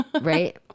Right